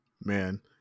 Man